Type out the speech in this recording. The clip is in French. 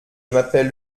m’appelle